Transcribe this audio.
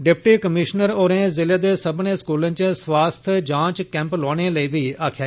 deputy commissioner होरें ज़िले दे सब्मनें स्कूलें च स्वास्थ्य जांच कैंप लोआने तांई बी आक्खेआ